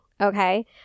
okay